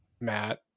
Matt